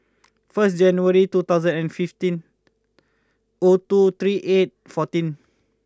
first January two thousand and fifteen O two three eight fourteen